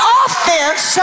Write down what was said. offense